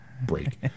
break